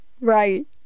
right